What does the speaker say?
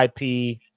IP